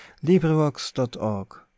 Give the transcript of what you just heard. LibriVox.org